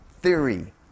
theory